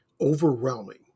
overwhelming